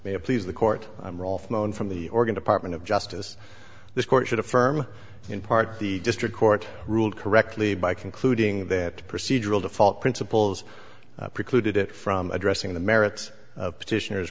i please the court roll phone from the organ department of justice this court should affirm in part the district court ruled correctly by concluding that procedural default principles precluded it from addressing the merits of petitioners